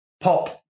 pop